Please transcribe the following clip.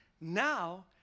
Now